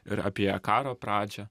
ir apie karo pradžią